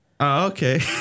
okay